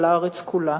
על הארץ כולה.